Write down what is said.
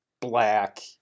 black